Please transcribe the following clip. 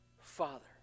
father